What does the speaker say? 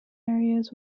areas